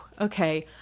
Okay